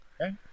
Okay